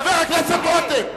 חבר הכנסת רותם,